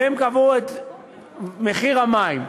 והם קבעו את מחיר המים.